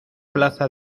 plaza